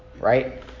right